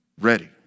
ready